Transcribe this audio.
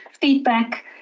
feedback